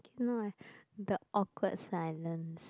no the awkward silence